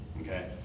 Okay